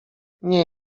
nie